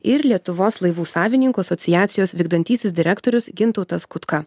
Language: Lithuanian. ir lietuvos laivų savininkų asociacijos vykdantysis direktorius gintautas kutka